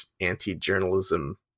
anti-journalism